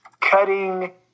cutting